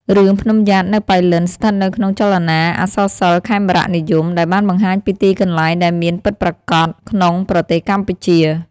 រឿង ភ្នំំយ៉ាតនៅប៉ៃលិន ស្ថិតនៅក្នុងចលនាអក្សរសិល្ប៍ខេមរនិយម ដែលបានបង្ហាញពីទីកន្លែងដែលមានពិតប្រាកត់ក្នុងប្រទេសកម្ពុជា។